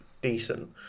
decent